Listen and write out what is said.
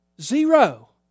Zero